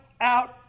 out